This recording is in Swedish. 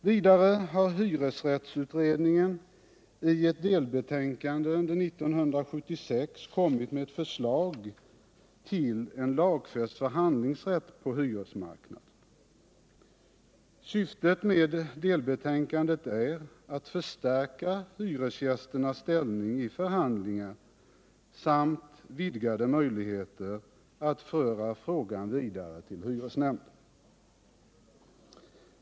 Vidare har hyresrättsutredningen i ett delbetänkande under 1976 kommit med förslag till en lagfäst förhandlingsrätt på hyresmarknaden. Syftet med delbetänkandet är att förstärka hyresgästernas ställning i förhandlingar samt skapa vidgade möjligheter att föra frågor vidare till hyresnämnd.